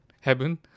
Heaven